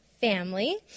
family